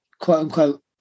quote-unquote